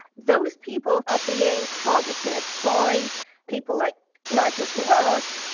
those people are being targeted by people like nigel farage,